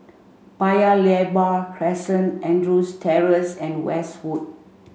Paya Lebar Crescent Andrews Terrace and Westwood